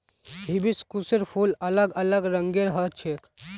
हिबिस्कुसेर फूल अलग अलग रंगेर ह छेक